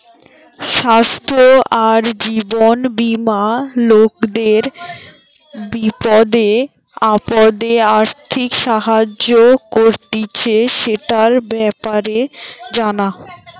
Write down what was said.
স্বাস্থ্য আর জীবন বীমা লোকদের বিপদে আপদে আর্থিক সাহায্য করতিছে, সেটার ব্যাপারে জানা